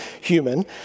human